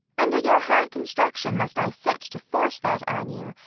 under your hard construction must i sit, to force that on you,